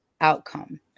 outcome